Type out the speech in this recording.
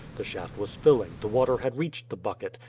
the shaft was filling, the water had reached the bucket,